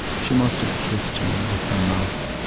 she must have kissed me with her mouth,